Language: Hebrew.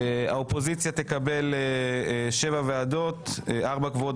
האופוזיציה תקבל שבע ועדות ארבע קבועות